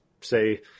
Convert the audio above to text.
say